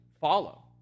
follow